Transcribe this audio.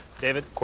David